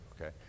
Okay